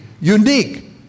Unique